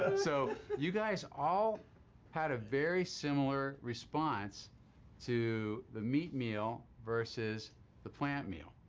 and so you guys all had a very similar response to the meat meal versus the plant meal.